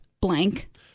blank